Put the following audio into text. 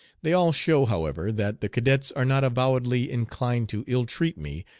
they all show, however, that the cadets are not avowedly inclined to ill-treat me,